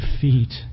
feet